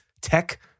tech